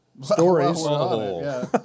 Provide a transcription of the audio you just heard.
stories